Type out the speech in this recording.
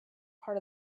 part